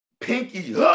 pinky